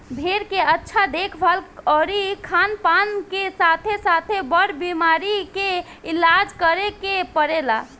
भेड़ के अच्छा देखभाल अउरी खानपान के साथे साथे, बर बीमारी के इलाज करे के पड़ेला